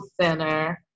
center